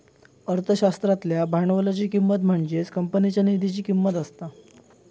अर्थशास्त्रातल्या भांडवलाची किंमत म्हणजेच कंपनीच्या निधीची किंमत असता